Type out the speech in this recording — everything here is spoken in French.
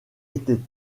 était